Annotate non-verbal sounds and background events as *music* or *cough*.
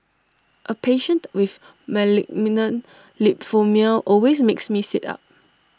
A patient with *unintelligible* lymphoma always makes me sit up